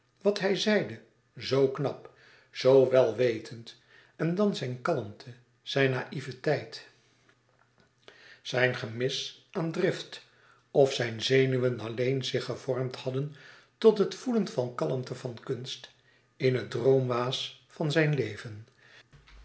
wat hij zeide zoo knap zoo welwetend en dan zijn kalmte zijn naïveteit zijn gemis aan drift of zijn zenuwen alleen zich gevormd hadden tot het voelen van kalmte van kunst in het droomwaas van zijn leven